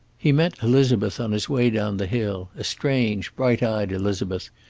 he met elizabeth on his way down the hill, a strange, bright-eyed elizabeth,